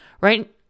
Right